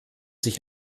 sich